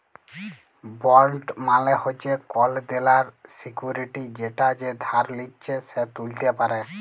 bond মালে হচ্যে callable security যেটা যে ধার লিচ্ছে সে ত্যুলতে পারে